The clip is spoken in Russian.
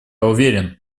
уверен